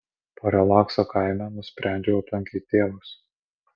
po relakso kaime nusprendžiau aplankyt tėvus